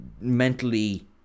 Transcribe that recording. mentally